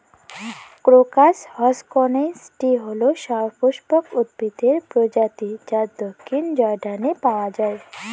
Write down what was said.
crocus হসকনেইচটি হল সপুষ্পক উদ্ভিদের প্রজাতি যা দক্ষিণ জর্ডানে পাওয়া য়ায়